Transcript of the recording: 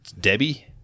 Debbie